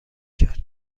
کرد